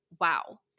wow